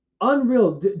Unreal